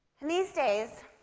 and these days,